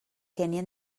kenya